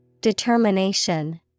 Determination